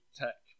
tech